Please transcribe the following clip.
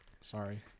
Sorry